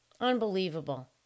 Unbelievable